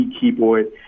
keyboard